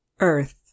Earth